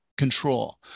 Control